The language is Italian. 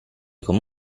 come